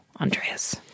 Andreas